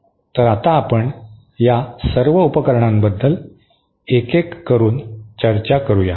तर आता आपण या सर्व उपकरणांबद्दल एक एक करून चर्चा करूया